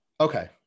okay